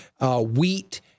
Wheat